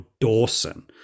Dawson